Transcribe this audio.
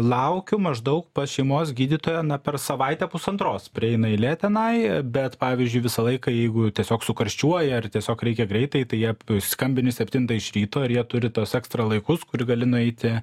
laukiau maždaug pas šeimos gydytoją na per savaitę pusantros prieina eilė tenai bet pavyzdžiui visą laiką jeigu tiesiog sukarščiuoji ar tiesiog reikia greitai tai jie skambini septintą iš ryto ir jie turi tuos ekstra laikus kur gali nueiti